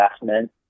investment